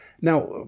Now